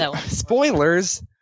Spoilers